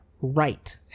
right